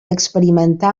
experimentar